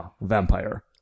Vampire